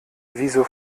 wieso